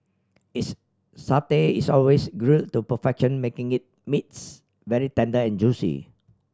its satay is always grille to perfection making it meats very tender and juicy